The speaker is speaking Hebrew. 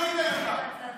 לא ניתן לך.